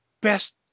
best